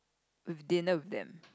with dinner with them